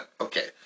Okay